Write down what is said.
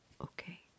Okay